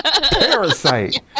Parasite